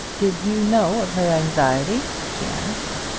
did you know of her anxiety? she asked.